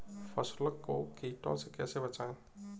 फसल को कीड़ों से कैसे बचाएँ?